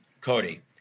Cody